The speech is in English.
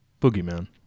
Boogeyman